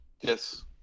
yes